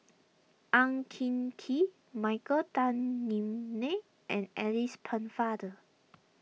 Ang Hin Kee Michael Tan Kim Nei and Alice Pennefather